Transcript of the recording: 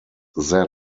also